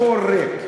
הכול ריק,